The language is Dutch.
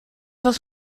was